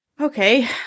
Okay